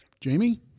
Jamie